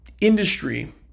industry